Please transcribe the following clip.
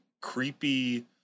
creepy